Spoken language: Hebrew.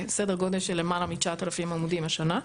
סדר גודל של למעלה מ-9,000 עמודים השנה,